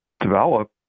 develop